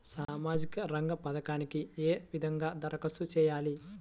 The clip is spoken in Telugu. సామాజిక రంగ పథకాలకీ ఏ విధంగా ధరఖాస్తు చేయాలి?